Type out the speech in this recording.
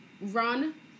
Run